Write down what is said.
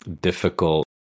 difficult